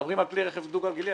מדברים על כלי רכב דו גלגלי.